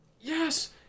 Yes